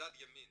מצד ימין